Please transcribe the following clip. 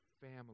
family